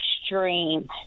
extreme